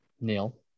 Neil